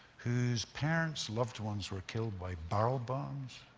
whose parents, loved ones were killed by barrel bombs,